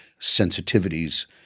sensitivities